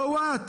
so what?